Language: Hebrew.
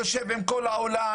יושבים עם כל העולם,